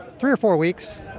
three or four weeks.